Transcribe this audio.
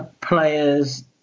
players